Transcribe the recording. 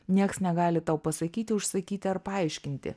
nieks negali tau pasakyti užsakyti ar paaiškinti